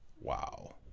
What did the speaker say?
Wow